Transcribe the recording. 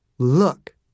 Look